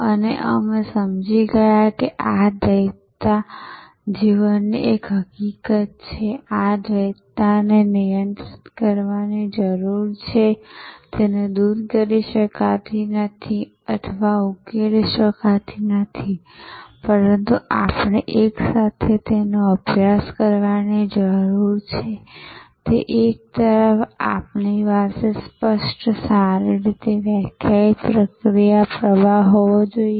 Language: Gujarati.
અને અમે સમજી ગયા કે આ દ્વૈતતા જીવનની એક હકીકત છે અને આ દ્વૈતતાને નિયંત્રિત કરવાની જરૂર છે તેને દૂર કરી શકાતી નથી અથવા ઉકેલી શકાતી નથી પરંતુ આપણે એક સાથે તેનો અભ્યાસ કરવાની જરૂર છે કે એક તરફ આપણી પાસે સ્પષ્ટ સારી રીતે વ્યાખ્યાયિત પ્રક્રિયા પ્રવાહ હોવો જોઈએ